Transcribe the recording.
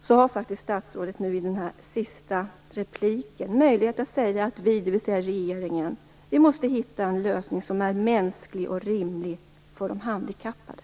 Allra sist: Statsrådet har nu i sitt sista inlägg möjlighet att säga att regeringen måste hitta en lösning som är mänsklig och rimlig för de handikappade.